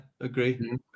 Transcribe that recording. agree